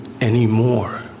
anymore